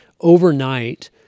overnight